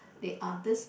there are these